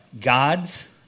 God's